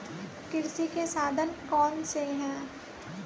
कृषि के साधन कौन कौन से हैं?